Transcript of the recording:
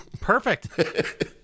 Perfect